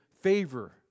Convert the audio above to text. favor